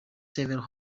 several